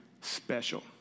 special